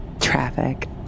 Traffic